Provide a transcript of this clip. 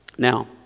Now